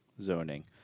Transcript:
zoning